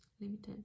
limited